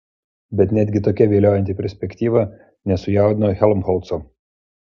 bet netgi tokia viliojanti perspektyva nesujaudino helmholco